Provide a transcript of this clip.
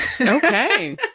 Okay